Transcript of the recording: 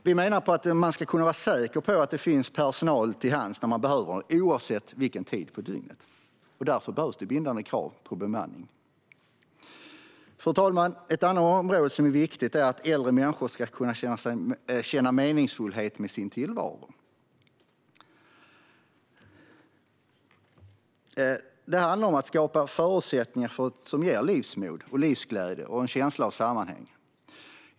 Vi menar att man ska kunna vara säker på att det finns personal till hands när man behöver den, oavsett vilken tid på dygnet det är. Därför behövs det bindande krav på bemanning. Fru talman! En annan sak som är viktig är att äldre människor ska kunna känna meningsfullhet med sin tillvaro. Det handlar om att skapa förutsättningar för det som ger livsmod, livsglädje och en känsla av sammanhang.